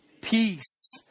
peace